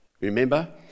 Remember